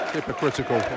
Hypocritical